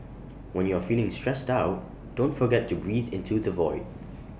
when you are feeling stressed out don't forget to breathe into the void